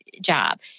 job